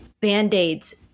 band-aids